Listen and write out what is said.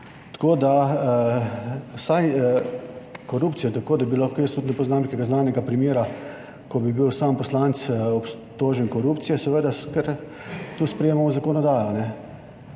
Tako, da vsaj korupcija, tako, da bi lahko, jaz tudi ne poznam nekega znanega primera, ko bi bil sam poslanec obtožen korupcije, seveda, ker tu sprejemamo zakonodajo.